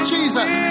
Jesus